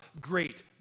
great